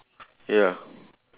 ya